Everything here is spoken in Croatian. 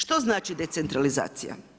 Što znači decentralizacija?